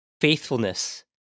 faithfulness